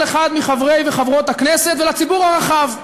אחד מחברי וחברות הכנסת ולציבור הרחב.